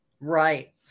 Right